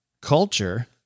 culture